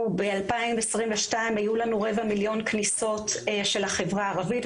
ב-2022 היו לנו רבע מיליון כניסות של החברה הערבית.